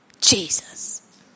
Jesus